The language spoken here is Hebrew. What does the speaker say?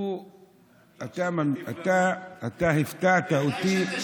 אתה הפתעת אותי,